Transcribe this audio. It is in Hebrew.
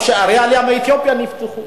וגם שערי העלייה מאתיופיה נפתחו,